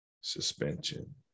suspension